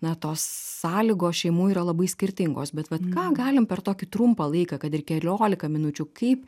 na tos sąlygos šeimų yra labai skirtingos bet vat ką galim per tokį trumpą laiką kad ir keliolika minučių kaip